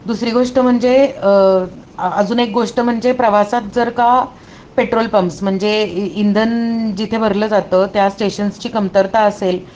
दुसरी गोष्ट म्हणजे अजून एक गोष्ट म्हणजे प्रवासात जर का पेट्रोल पंप्स म्हणजे इ इंधन जिथे भरलं जातं त्या स्टेशन्सची कमतरता असेल